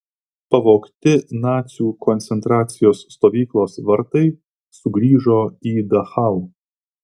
pavogti nacių koncentracijos stovyklos vartai sugrįžo į dachau